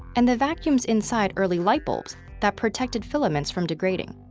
and the vacuums inside early light bulbs that protected filaments from degrading.